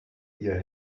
ihr